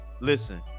listen